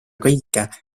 kõike